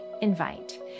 invite